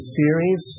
series